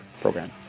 program